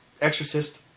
Exorcist